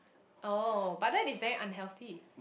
oh but that is very unhealthy